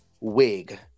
wig